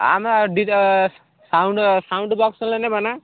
ଆମେ D J sound sound box ହେଲା ନେବା ନା